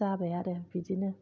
जाबाय आरो बिदिनो